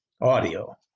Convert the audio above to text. audio